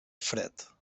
fred